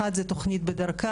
אחת זה תוכנית "בדרכה",